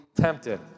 tempted